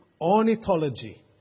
ornithology